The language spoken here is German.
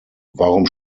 warum